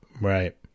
Right